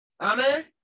Amen